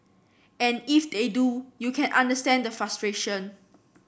and if they do you can understand the frustration